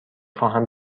خواهم